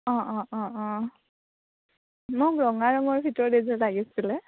অঁ অঁ অঁ অঁ মোক ৰঙা ৰঙৰ ভিতৰত এযোৰ লাগিছিলে